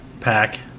pack